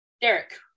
Derek